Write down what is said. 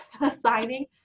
assigning